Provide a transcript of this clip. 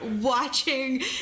watching